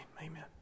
Amen